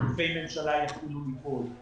שגופי הממשלה יתחילו לפעול.